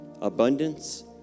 abundance